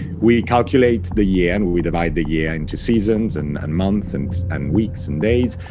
we calculate the year and we divide the year into seasons and and months and and weeks and days,